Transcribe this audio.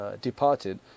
departed